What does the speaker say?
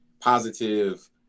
positive